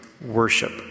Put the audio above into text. worship